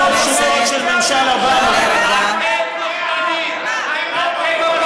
הלא-פשוטות של ממשל אובמה, נא להירגע, חברי הכנסת.